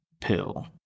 pill